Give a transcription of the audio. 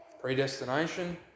predestination